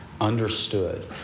understood